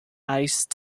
ice